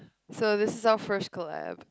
so this is our first collab